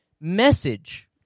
message